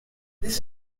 this